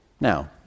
Now